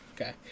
Okay